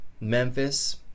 Memphis